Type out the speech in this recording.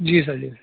جی sir جی